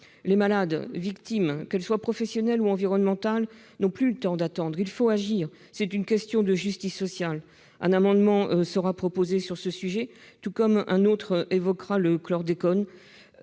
Les malades, victimes de pathologies professionnelles ou environnementales, n'ont plus le temps d'attendre. Il faut agir, c'est une question de justice sociale ! Un amendement sera déposé sur ce sujet, et un autre visera le chlordécone,